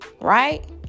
Right